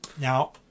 Now